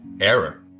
error